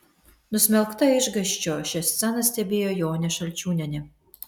nusmelkta išgąsčio šią sceną stebėjo jonė šalčiūnienė